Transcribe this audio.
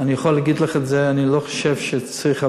אני יכול להגיד לך את זה, אני לא חושב שצריך הרבה,